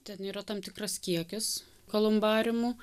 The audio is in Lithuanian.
ten yra tam tikras kiekis kolumbariumų